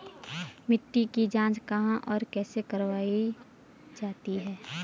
मिट्टी की जाँच कहाँ और कैसे करवायी जाती है?